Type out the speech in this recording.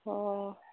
অঁ